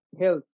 health